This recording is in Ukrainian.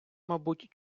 мабуть